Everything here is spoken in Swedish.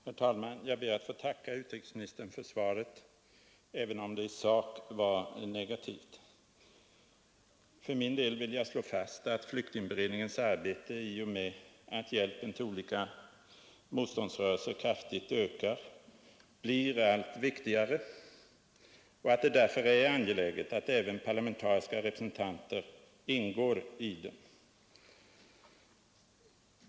Herr talman! Jag ber att få tacka utrikesministern för svaret, även om det i sak var negativt. För min del vill jag slå fast att flyktingberedningens arbete i och med att hjälpen till olika motståndsrörelser kraftigt ökar blir allt viktigare och att det därför är angeläget att även parlamentariska representanter ingår i den.